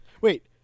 Wait